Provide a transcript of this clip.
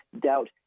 doubt